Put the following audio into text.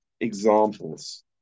examples